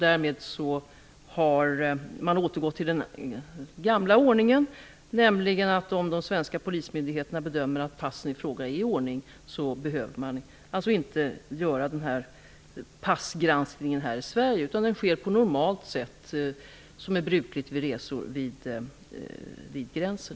Därmed har man återgått till den gamla ordningen, nämligen att om de svenska polismyndigheterna bedömer att passen i fråga är i ordning så behöver man inte göra denna passgranskning i Sverige utan i stället, som är brukligt vid resor, vid gränsen.